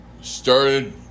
started